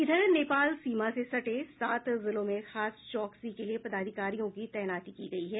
इधर नेपाल सीमा से सटे सात जिलों में खास चौकसी के लिए पदाधिकारियों की तैनाती की गयी है